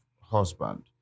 husband